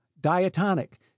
diatonic